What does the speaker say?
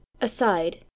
Aside